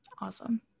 Awesome